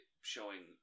showing